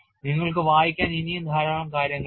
നിങ്ങൾക്ക് വായിക്കാൻ ഇനിയും ധാരാളം കാര്യങ്ങളുണ്ട്